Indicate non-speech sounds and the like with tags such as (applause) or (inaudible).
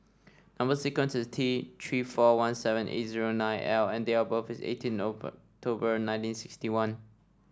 number sequence is T Three four one seven eight zero nine L and date of birth is eighteen (unintelligible) nineteen sixty one